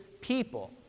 people